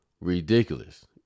ridiculous